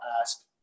ask